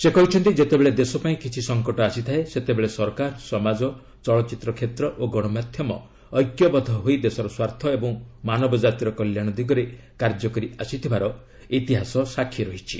ସେ କହିଛନ୍ତି ଯେତେବେଳେ ଦେଶପାଇଁ କିଛି ସଂକଟ ଆସିଥାଏ ସେତେବେଳେ ସରକାର ସମାଜ ଚଳଚ୍ଚିତ୍ର କ୍ଷେତ୍ର ଓ ଗଣମାଧ୍ୟମ ଐକ୍ୟବଦ୍ଧ ହୋଇ ଦେଶର ସ୍ୱାର୍ଥ ଏବଂ ମାନବଜାତିର କଲ୍ୟାଣ ଦିଗରେ କାର୍ଯ୍ୟ କରିଆସିଥିବାର ଇତିହାସ ସାକ୍ଷୀ ରହିଛି